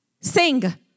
Sing